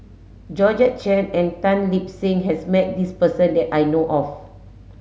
Georgette Chen and Tan Lip Seng has met this person that I know of